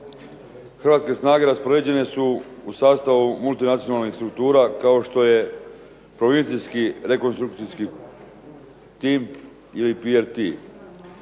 Hrvatske snage raspoređene su u sastavu multinacionalnih struktura kao što je provincijski rekonstrukcijski tim ili PRT.